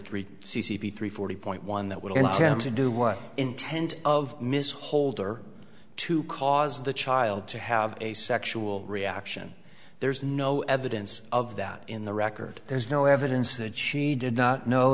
three three forty point one that would intend to do what intent of miss holder to cause the child to have a sexual reaction there's no evidence of that in the record there's no evidence that she did not know